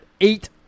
Eight